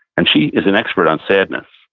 and she is an expert on sadness.